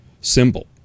symbol